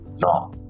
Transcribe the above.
no